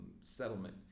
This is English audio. settlement